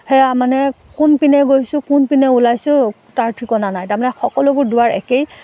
সেয়া মানে কোনপিনে গৈছোঁ কোনপিনে ওলাইছোঁ তাৰ ঠিকনা নাই তাৰমানে সকলোবোৰ দুৱাৰ একেই